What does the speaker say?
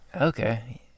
Okay